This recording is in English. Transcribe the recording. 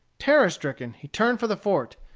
terror-stricken, he turned for the fort,